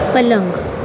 पलंग